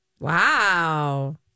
Wow